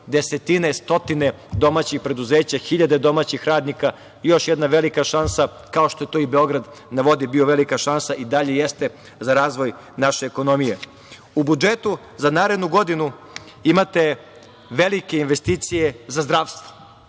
desetine, stotine domaćih preduzeća, hiljade domaćih radnika i još jedna velika šansa, kao što je i Beograd na vodi bio velika šansa i dalje jeste, za razvoj naše ekonomije.U budžetu za narednu godinu imate velike investicije za zdravstvo.